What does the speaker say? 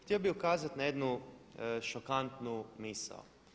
Htio bih ukazati na jednu šokantnu misao.